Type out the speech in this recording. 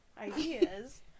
ideas